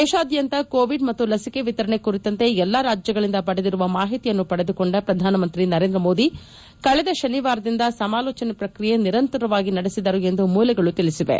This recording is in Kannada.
ದೇಶಾದ್ದಂತ ಕೋವಿಡ್ ಮತ್ತು ಲಸಿಕೆ ವಿತರಣೆ ಕುರಿತಂತೆ ಎಲ್ಲಾ ರಾಜ್ವಗಳಿಂದ ಪಡೆದಿರುವ ಮಾಹಿತಿಯನ್ನು ಪಡೆದುಕೊಂಡ ಪ್ರಧಾನಮಂತ್ರಿ ಅವರು ಕಳೆದ ಶನಿವಾರದಿಂದ ಸಮಾಲೋಚನೆ ಪ್ರಕ್ರಿಯೆ ನಿರಂತರವಾಗಿ ನಡೆಸಿದರು ಎಂದು ಮೂಲಗಳು ತಿಳಿಸಿವೆ